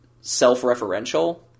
self-referential